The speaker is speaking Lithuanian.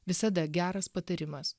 visada geras patarimas